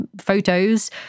photos